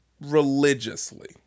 religiously